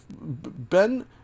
Ben